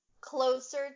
closer